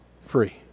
free